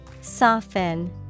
Soften